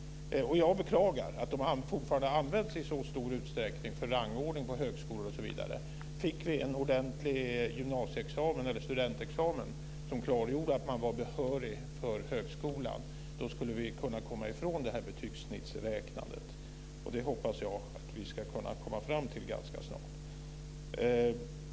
Jag beklagar att de fortfarande i så stor utsträckning används för rangordning på högskolor osv. Fick vi en ordentlig gymnasieexamen eller studentexamen som klargjorde att man var behörig för högskolan skulle vi kunna komma ifrån det här betygssnittsräknandet. Jag hoppas att vi ska kunna komma fram till detta ganska snart.